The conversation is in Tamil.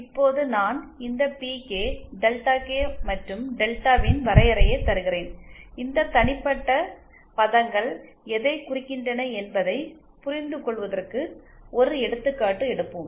இப்போது நான் இந்த பிகே டெல்டா கே மற்றும் டெல்டாவின் வரையறையைத் தருகிறேன் இந்த தனிப்பட்ட பதங்கள் எதைக் குறிக்கின்றன என்பதைப் புரிந்துகொள்வதற்கு ஒரு எடுத்துக்காட்டு எடுப்போம்